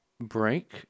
break